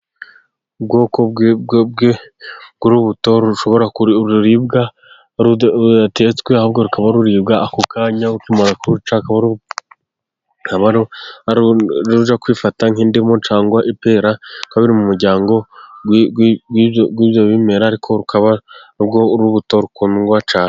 Ubwoko bw'urubuto rushobora kuribwa rudatetswe ahubwo rukaba ruribwa ako kanya bakimara kuruca. Akaba ur'urubuto rujya kwifata nk'indimu cyangwa ipera, rukaba ruri mu muryango w'ibyo bimera, ariko rukaba rwo rubuto rukundwa cyane.